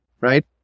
right